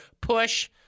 push